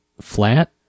Flat